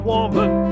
woman